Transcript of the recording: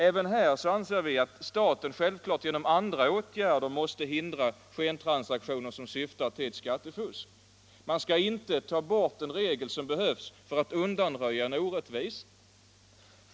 Även här anser vi att staten självklart genom andra åtgärder måste hindra skentransaktioner som syftar till skattefusk. Man skall inte ta bort en regel som behövs för att undanröja en orättvisa.